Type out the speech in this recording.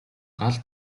гал